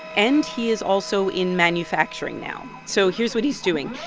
and he is also in manufacturing now so here's what he's doing.